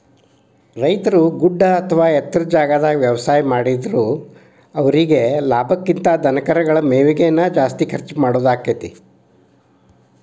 ರೈತರು ಗುಡ್ಡ ಅತ್ವಾ ಎತ್ತರದ ಜಾಗಾದಾಗ ವ್ಯವಸಾಯ ಮಾಡಿದ್ರು ಅವರೇಗೆ ಲಾಭಕ್ಕಿಂತ ಧನಕರಗಳ ಮೇವಿಗೆ ನ ಜಾಸ್ತಿ ಖರ್ಚ್ ಮಾಡೋದಾಕ್ಕೆತಿ